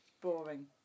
boring